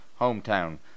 Hometown